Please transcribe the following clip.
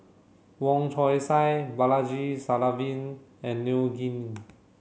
Wong Chong Sai Balaji Sadasivan and Neo Anngee